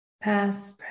past